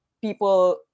people